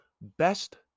best